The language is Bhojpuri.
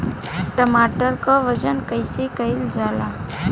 टमाटर क वजन कईसे कईल जाला?